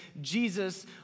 Jesus